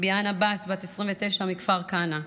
ביאן עבאס, בת 29 מכפר כנא,